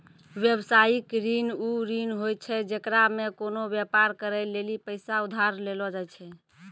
व्यवसायिक ऋण उ ऋण होय छै जेकरा मे कोनो व्यापार करै लेली पैसा उधार लेलो जाय छै